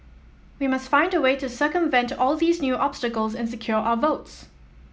we must find a way to circumvent all these new obstacles and secure our votes